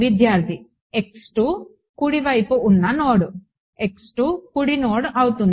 విద్యార్థి కుడి వైపు ఉన్న నోడ్ కుడి నోడ్ అవుతుంది